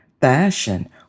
fashion